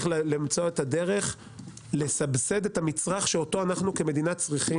למצוא את הדרך לסבסד את המצרך שאותו אנחנו כמדינה צריכים.